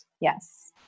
Yes